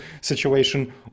situation